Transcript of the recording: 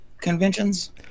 conventions